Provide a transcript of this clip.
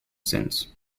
since